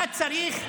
אתה צריך,